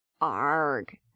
arg